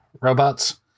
robots